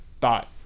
thought